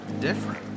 different